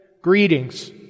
greetings